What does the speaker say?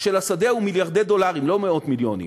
של השדה הוא מיליארדי דולרים, לא מאות מיליונים.